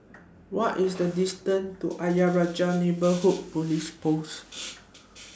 What IS The distance to Ayer Rajah Neighbourhood Police Post